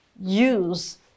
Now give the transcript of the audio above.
use